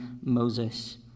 Moses